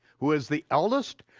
who was the eldest.